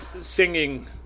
singing